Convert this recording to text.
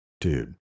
Dude